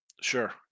Sure